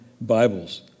Bibles